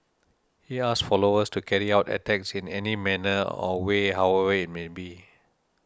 he asked followers to carry out attacks in any manner or way however it may be